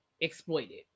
exploited